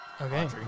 Okay